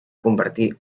convertir